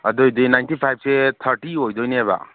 ꯑꯗꯨ ꯑꯣꯏꯗꯤ ꯅꯥꯏꯟꯇꯤ ꯐꯥꯏꯚꯁꯦ ꯊꯥꯔꯇꯤ ꯑꯣꯏꯗꯣꯏꯅꯦꯕ